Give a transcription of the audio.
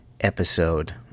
episode